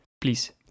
Please